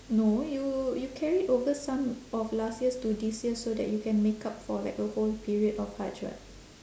no you you carried over some of last year's to this year's so that you can make up for like a whole period of hajj [what]